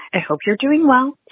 and hope you're doing well.